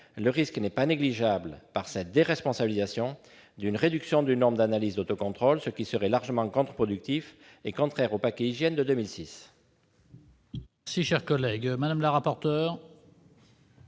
le risque n'est pas négligeable, en les déresponsabilisant, de réduire le nombre d'autocontrôles, ce qui serait largement contre-productif et contraire au paquet Hygiène de 2006.